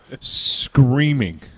screaming